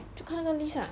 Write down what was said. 就看那个 list lah